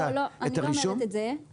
לא, אני לא אומרת את זה.